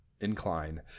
incline